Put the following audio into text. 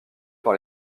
par